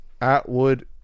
Atwood